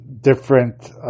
different